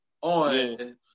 on